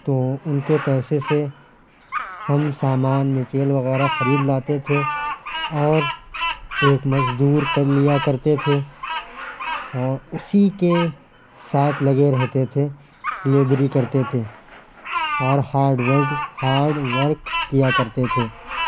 تو ان کے پیسے سے ہم سامان مٹیریل وغیرہ خرید لاتے تھے اور ایک مزدور کر لیا کرتے تھے اور اسی کے ساتھ لگے رہتے تھے لیبری کرتے تھے اور ہارڈ ورڈ ہارڈ ورک کیا کرتے تھے